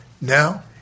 Now